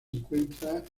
encuentra